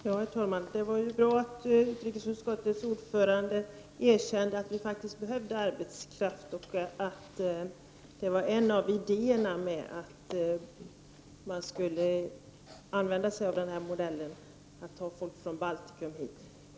Herr talman! Det var ju bra att utrikesutskottets ordförande erkände att vi faktiskt behöver arbetskraft, och att det var en av idéerna med att använda den här modellen — att ta hit folk från Baltikum.